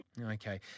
Okay